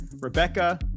Rebecca